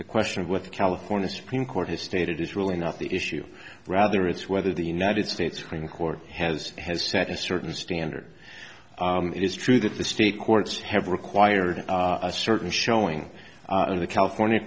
the question of what the california supreme court has stated is really not the issue rather it's whether the united states supreme court has has set a certain standard it is true that the state courts have required a certain showing in the california